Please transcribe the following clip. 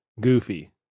goofy